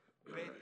ב',